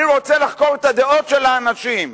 אני רוצה לחקור את הדעות של האנשים.